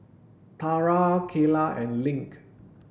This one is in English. Tarah Keyla and Link